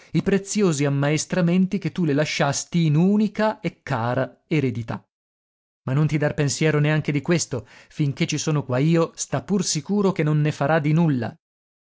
i preziosi ammaestramenti che tu le lasciasti in unica e cara eredità ma non ti dar pensiero neanche di questo finché ci sono qua io sta pur sicuro che non ne farà di nulla